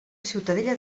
ciutadella